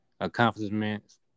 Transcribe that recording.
accomplishments